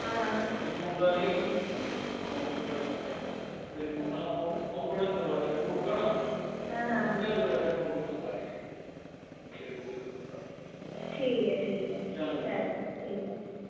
हां हां ठीक ऐ ठीक ऐ ठीक ऐ